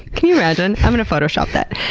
can you imagine? i'm gonna photoshop that.